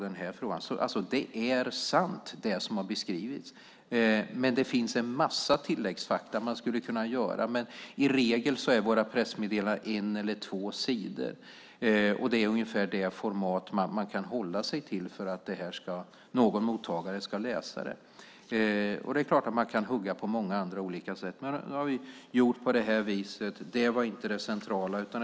Det är sant det som har beskrivits, men det finns en massa tillägg man skulle kunna göra. I regel är våra pressmeddelanden en eller två sidor. Det är ungefär det format man kan hålla sig till för att en mottagare ska läsa det. Man kan naturligtvis hugga på många sätt. Vi har gjort på det här viset. Det var inte det centrala.